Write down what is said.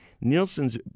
Nielsen's